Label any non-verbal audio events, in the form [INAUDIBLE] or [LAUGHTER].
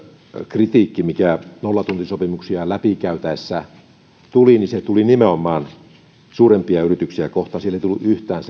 kritiikki mikä nollatuntisopimuksia läpikäytäessä tuli tuli nimenomaan suurempia yrityksiä kohtaan siellä ei tullut yhtään [UNINTELLIGIBLE]